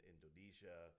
Indonesia